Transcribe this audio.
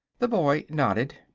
the boy nodded.